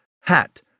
hat